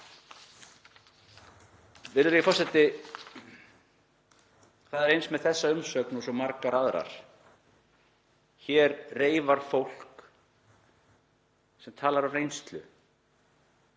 Virðulegi forseti. Það er eins með þessa umsögn og svo margar aðrar, hér er á ferðinni fólk sem talar af reynslu.